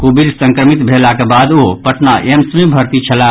Covid संक्रमित भेलाक बाद ओ पटना एम्स मे भर्ती छलाह